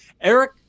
Eric